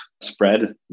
spread